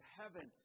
heaven